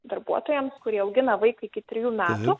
darbuotojams kurie augina vaiką iki trijų metų